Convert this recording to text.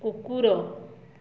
କୁକୁର